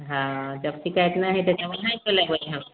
हाँ जब शिकायत नहि हेतय तब हम नहि चलेबय हम